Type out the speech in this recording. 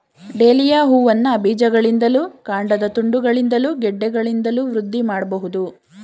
dahlia ಹೂವನ್ನ ಬೀಜಗಳಿಂದಲೂ ಕಾಂಡದ ತುಂಡುಗಳಿಂದಲೂ ಗೆಡ್ಡೆಗಳಿಂದಲೂ ವೃದ್ಧಿ ಮಾಡ್ಬಹುದು